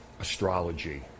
astrology